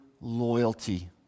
loyalty